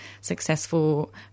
successful